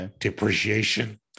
depreciation